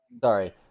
Sorry